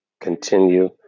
Continue